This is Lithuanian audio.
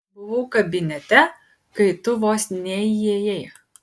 buvau kabinete kai tu vos neįėjai